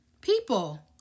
People